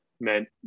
Meant